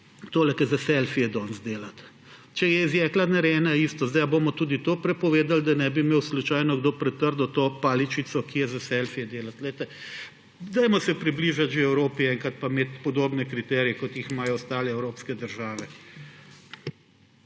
danes tudi za selfije delati. Če je iz jekla narejena, je isto. A bomo tudi to prepovedali, da ne bi imel slučajno kdo pretrdo to paličico, ki je za selfije delati. Dajmo se približati že Evropi enkrat pa imeti podobne kriterije, kot jih imajo ostale evropske države.